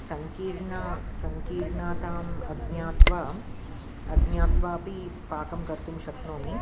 संकीर्णा संकीर्णताम् अज्ञात्वा अज्ञात्वापि पाकं कर्तुं शक्नोमि